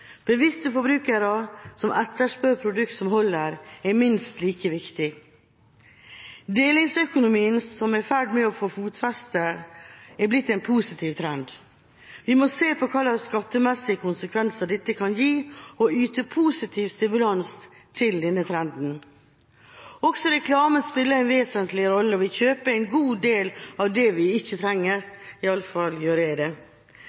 Bevisste forbrukere som etterspør produkter som holder, er minst like viktig. Delingsøkonomien, som er i ferd med å få fotfeste, er blitt en positiv trend. Vi må se på hvilke skattemessige konsekvenser dette kan gi, og yte positiv stimulans til denne trenden. Også reklame spiller en vesentlig rolle, og vi kjøper en god del vi ikke trenger – iallfall gjør jeg det. Dermed er det